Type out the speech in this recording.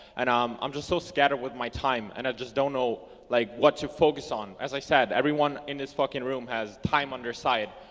and um i'm just so scattered with my time, and i just don't know like what to focus on. as i said, everyone in this fucking room has time on their side.